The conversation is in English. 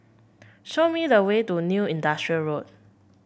show me the way to New Industrial Road